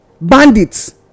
bandits